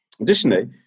Additionally